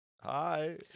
hi